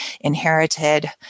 inherited